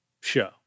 show